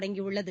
தொடங்கியுள்ளது